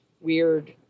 weird